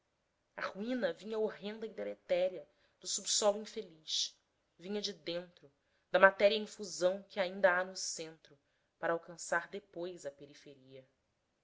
a ruína vinha horrenda e deletéria do subsolo infeliz vinha de dentro da matéria em fusão que ainda há no centro para alcançar depois a periferia